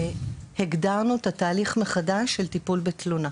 והגדרנו מחדש את התהליך של טיפול בתלונה.